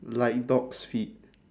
like dog's feet